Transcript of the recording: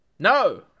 No